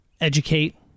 educate